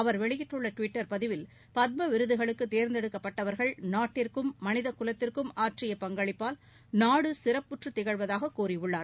அவர் வெளியிட்டுள்ள டுவிட்டர் பதிவில் பத்ம விருதுகளுக்கு தேர்ந்தெடுக்கப்பட்டவர்கள் நாட்டிற்கும் மனிதகுலத்திற்கும் ஆற்றிய பங்களிப்பால் நாடு சிறப்புற்று திகழ்வதாக கூறியுள்ளார்